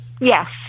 Yes